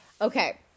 okay